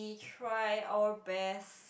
try our best